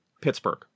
Pittsburgh